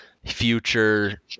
future